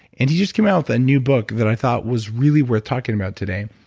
and he just came out with a new book that i thought was really worth talking about today.